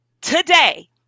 Today